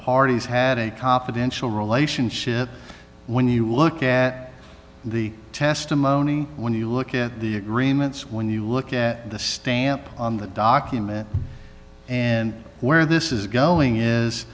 parties had a cop eventual relationship when you look at the testimony when you look at the agreements when you look at the stamp on the document and where this is going is